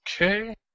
Okay